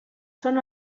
són